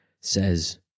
says